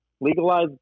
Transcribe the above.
legalize